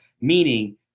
meaning